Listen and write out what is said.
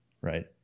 right